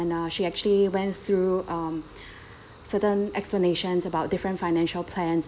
and uh she actually went through um certain explanations about different financial plans